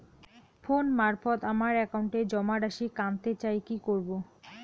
Phone মারফত আমার একাউন্টে জমা রাশি কান্তে চাই কি করবো?